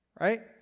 right